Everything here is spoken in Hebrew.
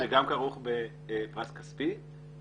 פרס שגם כרוך בפרס כספי.